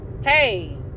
hey